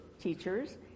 teachers